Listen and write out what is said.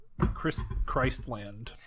Christland